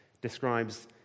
describes